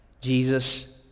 Jesus